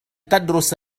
تدرس